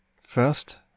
first